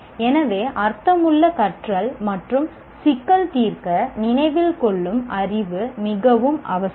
எனவே அர்த்தமுள்ள கற்றல் மற்றும் சிக்கல் தீர்க்க நினைவில் கொள்ளும் அறிவு மிகவும் அவசியம்